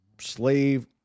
slave